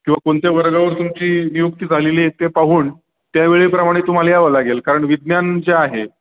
किंवा कोणत्या वर्गावर तुमची नियुक्ती झालेली आहे ते पाहून त्या वेळेप्रमाणे तुम्हाला यावं लागेल कारण विज्ञान जे आहे